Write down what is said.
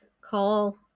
call